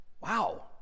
Wow